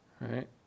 Right